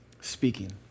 speaking